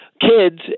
kids